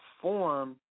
form